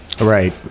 Right